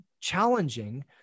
challenging